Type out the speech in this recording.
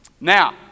Now